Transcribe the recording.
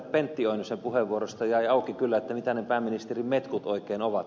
pentti oinosen puheenvuorosta jäi kyllä auki mitä ne pääministerin metkut oikein ovat